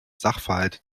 sachverhalte